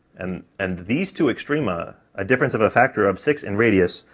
and and these two extrema, a difference of a factor of six in radius,